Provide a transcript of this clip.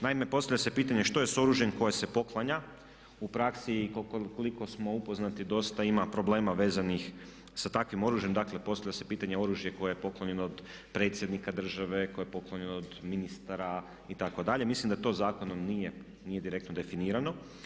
Naime, postavlja se pitanje što je sa oružjem koje se poklanja, u praksi koliko smo upoznati dosta ima problema vezanih sa takvim oružjem, dakle postavlja se pitanje oružje koje je poklonjeno od predsjednika države, koje je poklonjeno od ministara itd., mislim da to zakonom nije direktno definirano.